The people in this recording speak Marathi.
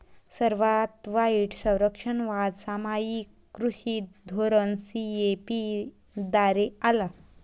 सर्वात वाईट संरक्षणवाद सामायिक कृषी धोरण सी.ए.पी द्वारे आला